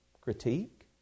critique